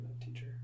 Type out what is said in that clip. teacher